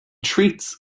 treats